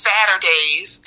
Saturdays